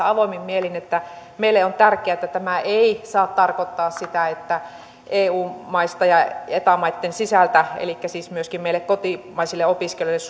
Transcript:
avoimin mielin että meille on tärkeää että tämä ei saa tarkoittaa sitä että eu maista ja eta maitten sisältä elikkä siis myöskin kotimaisille opiskelijoille